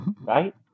Right